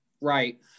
Right